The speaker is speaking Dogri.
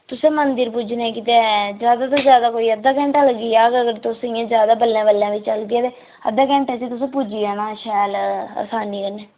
तुसें मंदर पुज्जने गी ते ज्यादा तो ज्यादा कोई अद्धा घैंटा लग्गी जाह्ग अगर तुस इ'यां ज्यादा बल्लें बल्लें बी चलगे ते अद्धे घैंटे च तुसें पुज्जी जाना शैल असानी कन्नै